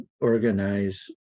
organize